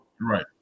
Right